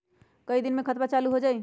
कई दिन मे खतबा चालु हो जाई?